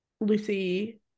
Lucy